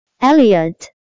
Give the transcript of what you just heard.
Elliot